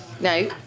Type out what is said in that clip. no